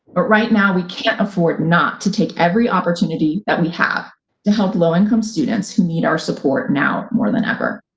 but right now we can't afford not to take every opportunity that we have to help low income students who need our support now more than ever.